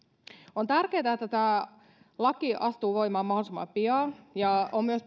on tärkeätä että tämä laki astuu voimaan mahdollisimman pian ja on myös